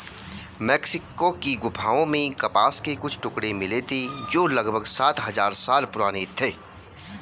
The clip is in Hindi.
मेक्सिको की गुफाओं में कपास के कुछ टुकड़े मिले थे जो लगभग सात हजार साल पुराने थे